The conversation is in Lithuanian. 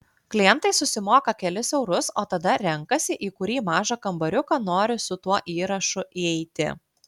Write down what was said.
klientai susimoka kelis eurus o tada renkasi į kurį mažą kambariuką nori su tuo įrašu eiti